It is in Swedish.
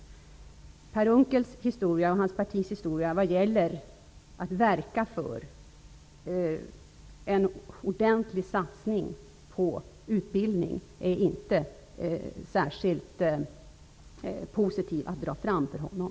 Att dra fram Per Unckels och hans partis historia vad gäller att verka för en ordentlig satsning på utbildning är inte särskilt positivt för honom.